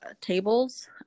tables